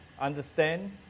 understand